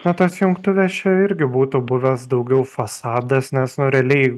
na tos jungtuvės čia irgi būtų buvęs daugiau fasadas nes nu realiai